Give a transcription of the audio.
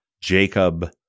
Jacob